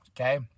Okay